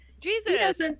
Jesus